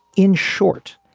in short,